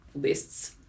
lists